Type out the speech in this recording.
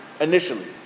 initially